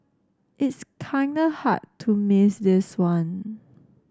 it's kinda hard to miss this one